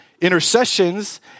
intercessions